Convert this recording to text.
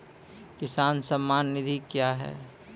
किसान सम्मान निधि क्या हैं?